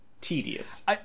...tedious